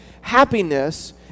happiness